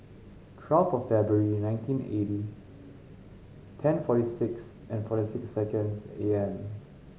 twelve of February nineteen eighty ten forty six forty six seconds A M